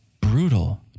brutal